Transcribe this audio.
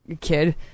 kid